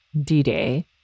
D-Day